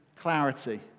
clarity